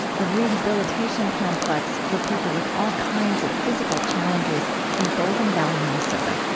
a rehabilitation complex for people with all kinds of physical challenges in golden valley, minnesota.